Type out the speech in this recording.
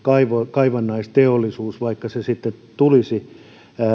kaivannaisteollisuus vaikka se sitten tulisi